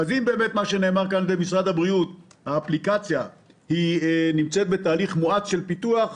אז אם באמת האפליקציה נמצאת בתהליך מואץ של פיתוח,